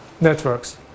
networks